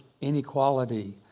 inequality